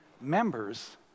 members